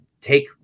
take